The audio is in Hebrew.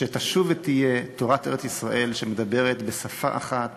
שתשוב ותהיה תורת ארץ-ישראל שמדברת בשפה אחת